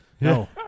No